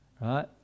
right